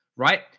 right